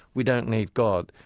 we don't need god.